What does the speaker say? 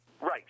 Right